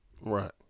Right